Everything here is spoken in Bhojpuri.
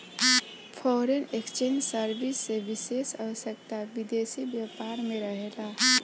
फॉरेन एक्सचेंज सर्विस के विशेष आवश्यकता विदेशी व्यापार में रहेला